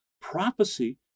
prophecy